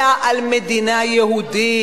אלא על מדינה יהודית.